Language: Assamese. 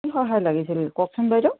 কি সহায় লাগিছিল কওকচোন বাইদেউ